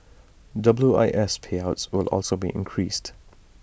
W I S payouts will also be increased